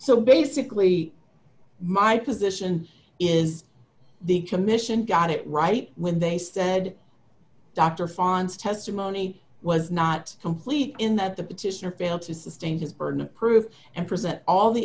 so basically my position is the commission got it right when they said dr fons testimony was not complete in that the petitioner failed to sustain his burden of proof and present all the